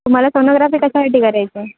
तुम्हाला सोनोग्राफी कशासाठी करायची आहे